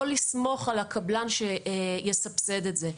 לא לסמוך על הקבלן שיסבסד את זה.